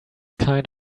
kind